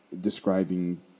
describing